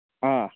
آ